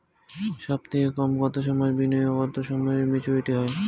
সবথেকে কম কতো সময়ের বিনিয়োগে কতো সময়ে মেচুরিটি হয়?